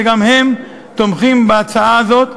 שגם הם תומכים בהצעה הזאת,